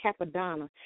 Capadonna